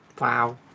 Wow